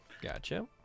gotcha